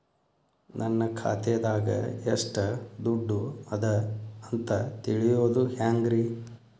ನನ್ನ ಖಾತೆದಾಗ ಎಷ್ಟ ದುಡ್ಡು ಅದ ಅಂತ ತಿಳಿಯೋದು ಹ್ಯಾಂಗ್ರಿ?